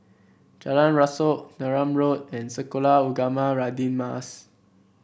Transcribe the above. Jalan Rasok Neram Road and Sekolah Ugama Radin Mas